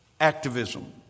activism